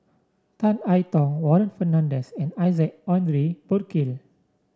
Tan I Tong Warren Fernandez and Isaac Henry Burkill